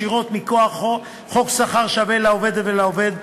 ישירות מכוח חוק שכר שווה לעובדת ולעובד,